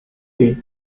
the